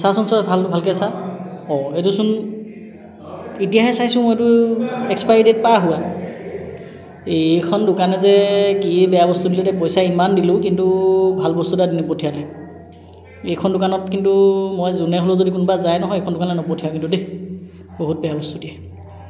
চাচোন চা ভাল ভালকৈ চা অ' এইটো চোন এতিয়াহে চাইছোঁ মই এইটো এক্সপাইৰি ডেট পাৰ হোৱা এইখন দোকানে যে কি বেয়া বস্তু দিলে দেই পইচা ইমান দিলোঁ কিন্তু ভাল বস্তু এটা দি নপঠিয়ালে এইখন দোকানত কিন্তু মই যোনে হ'লেও যদি কোনোবা যায় নহয় এইখন দোকানলৈ নপঠিয়াওঁ কিন্তু দেই বহুত বেয়া বস্তু দিয়ে